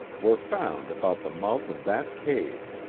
were found about the mouth of that cave.